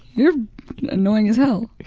you're annoying as hell.